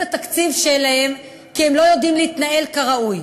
התקציב שלהם כי הם לא יודעים להתנהל ראוי.